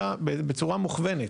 אלא בצורה מוכוונת,